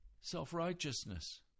self-righteousness